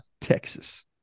Texas